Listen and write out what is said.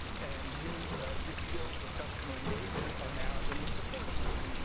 and his good skills with customer engagement are now in the support center,